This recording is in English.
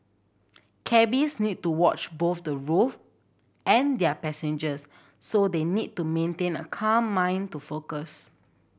cabbies need to watch both the and their passengers so they need to maintain a calm mind to focus